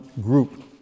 group